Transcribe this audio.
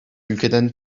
ülkeden